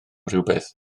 rywbeth